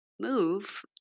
move